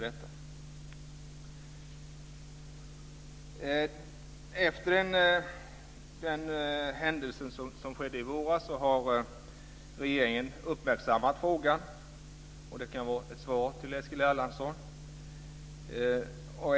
Efter den händelse som skedde i våras har regeringen uppmärksammat frågan. Det kan vara ett svar till Eskil Erlandsson.